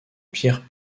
pierres